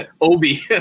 Obi